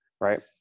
Right